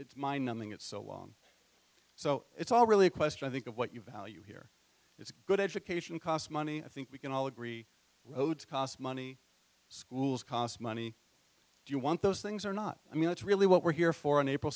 mind numbing it's so long so it's all really a question i think of what you value here it's good education costs money i think we can all agree roads cost money schools cost money do you want those things or not i mean that's really what we're here for an april